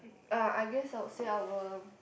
uh I guess I would say our